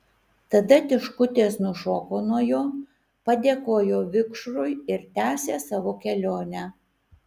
tada tiškutės nušoko nuo jo padėkojo vikšrui ir tęsė savo kelionę